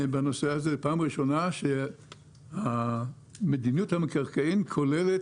זו הפעם הראשונה שמדיניות המקרקעין כוללת